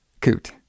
Coot